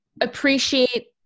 appreciate